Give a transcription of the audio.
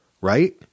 right